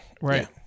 right